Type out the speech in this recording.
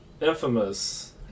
infamous